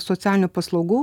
socialinių paslaugų